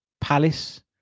Palace